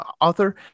author